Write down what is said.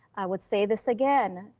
i would say this again,